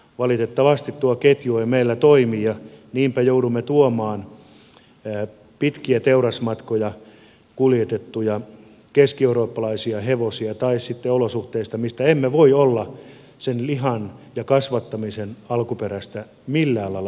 valitettavasti tuo ketju ei meillä toimi ja niinpä joudumme tuomaan kuljetettuja keskieurooppalaisia hevosia pitkiä teurasmatkoja tai sitten olosuhteista mistä emme voi olla sen lihan ja kasvattamisen alkuperästä millään lailla varmoja